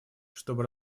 чтобы